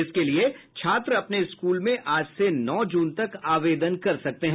इसके लिए छात्र अपने स्कूल में आज से नौ जून तक आवेदन कर सकते हैं